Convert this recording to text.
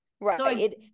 right